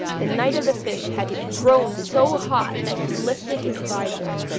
the knight of the fish had grown so hot that he lifted his visor,